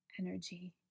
energy